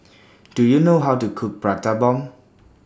Do YOU know How to Cook Prata Bomb